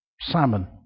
salmon